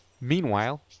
Meanwhile